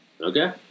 okay